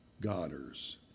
godders